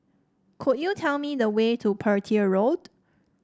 could you tell me the way to Petir Road